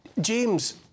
james